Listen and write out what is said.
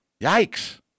Yikes